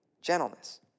gentleness